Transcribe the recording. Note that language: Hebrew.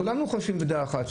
כולנו חשים בדעה אחת,